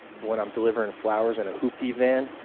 when i'm delivering flowers in a hooptie van,